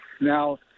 Now